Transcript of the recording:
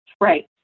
right